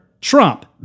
Trump